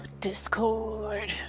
Discord